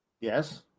Yes